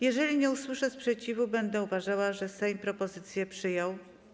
Jeżeli nie usłyszę sprzeciwu, będę uważała, że Sejm propozycję przyjął.